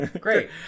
Great